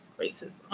Racism